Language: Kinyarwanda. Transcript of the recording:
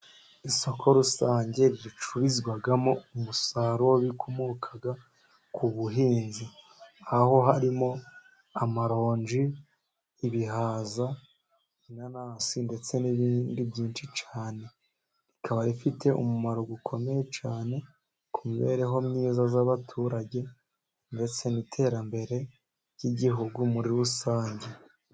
Isoko rusange ricururizwamo umusaruro w'ibikomoka ku buhinzi, aho harimo amaronji, ibihaza, inanasi ndetse n'ibindi byinshi cyane rikaba rifite umumaro ukomeye cyane ku mibereho myiza y'abaturage, ndetse n'iterambere ry'igihugu muri rusange.